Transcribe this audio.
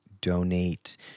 donate